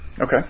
Okay